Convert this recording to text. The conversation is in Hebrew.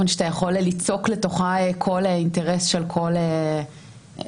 שאתה יכול ליצוק לתוכה כל אינטרס של כל משרד.